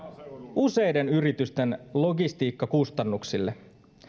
useiden yritysten logistiikkakustannuksille